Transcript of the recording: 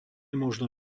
možno